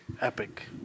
epic